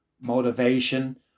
motivation